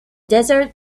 desert